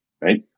right